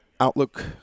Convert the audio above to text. Outlook